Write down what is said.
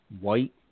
white